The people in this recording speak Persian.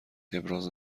ابراز